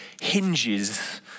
hinges